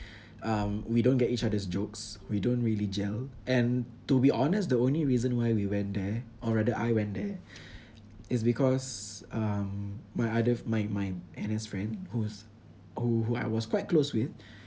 um we don't get each other's jokes we don't really gel and to be honest the only reason why we went there or rather I went there is because um my other my my N_S friend who's who who I was quite close with